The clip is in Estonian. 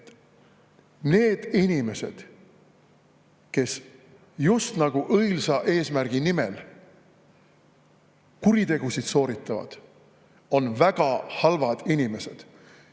need inimesed, kes just nagu õilsa eesmärgi nimel kuritegusid sooritavad, on väga halvad inimesed.